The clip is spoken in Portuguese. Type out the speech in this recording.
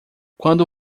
quando